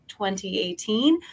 2018